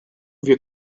wir